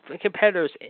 competitors